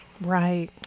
right